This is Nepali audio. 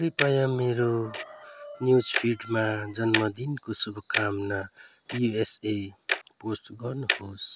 कृपया मेरो न्युजफिडमा जन्मदिनको शुभकामना युएसए पोस्ट गर्नुहोस्